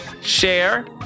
share